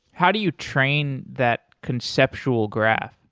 how do you train that conceptual graph?